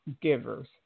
givers